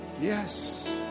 Yes